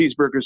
cheeseburgers